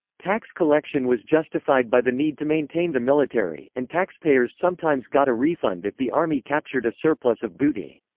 tax collection was justified by the need to maintain the military, and taxpayers sometimes got a refund if the army captured a surplus of booty.